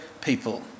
people